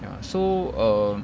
ya so err